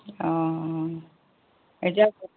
অঁ এতিয়া